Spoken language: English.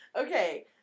okay